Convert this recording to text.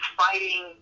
fighting